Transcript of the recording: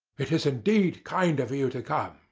it is indeed kind of you to come,